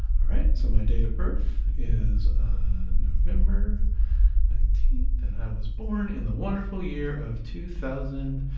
alright, so my date of birth is november nineteenth, and i was born in the wonderful year of two thousand,